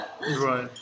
right